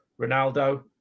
Ronaldo